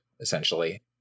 essentially